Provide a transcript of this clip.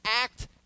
act